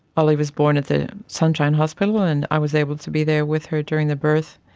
ollie was born at the sunshine hospital and i was able to be there with her during the birth.